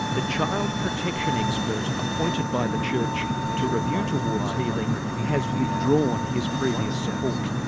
the child protection expert appointed by the church to review towards healing has withdrawn his previous support.